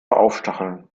aufstacheln